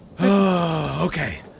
Okay